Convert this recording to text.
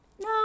No